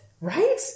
Right